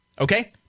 Okay